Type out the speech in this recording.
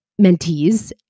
mentees